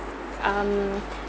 um